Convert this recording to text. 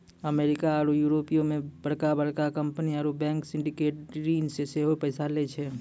America आरु यूरोपो मे बड़का बड़का कंपनी आरु बैंक सिंडिकेटेड ऋण से सेहो पैसा लै छै